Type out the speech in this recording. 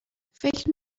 فکر